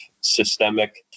systemic